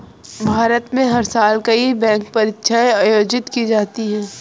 भारत में हर साल कई बैंक परीक्षाएं आयोजित की जाती हैं